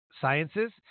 Sciences